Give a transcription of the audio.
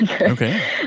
Okay